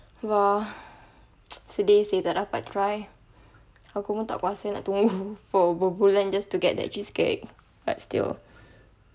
!wah! today sedih seh tak dapat try aku pun tak kuasa tunggu berbulan just to get that cheesecake but still